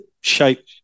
shape